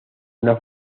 una